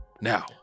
Now